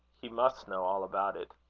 he must know all about it.